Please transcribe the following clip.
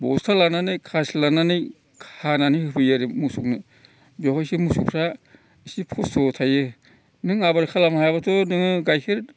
बस्था लानानै खासि खानानै हानानै होफैयो आरो मोसौनो बेवहायसो मोसौफ्रा एसे खस्थ'आव थायो नों आबाद खालामनो हायाब्लाथ' नोङो गायखेर